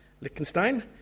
Lichtenstein